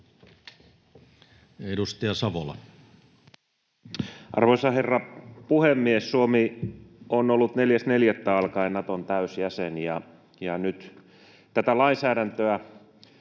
Edustaja Savola. Arvoisa herra puhemies! Suomi on ollut 4.4. alkaen Naton täysjäsen, ja nyt tätä lainsäädäntöä